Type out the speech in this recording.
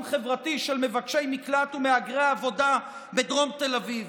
חברתי של מבקשי מקלט ומהגרי עבודה בדרום תל אביב.